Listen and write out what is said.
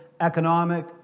economic